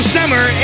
Summer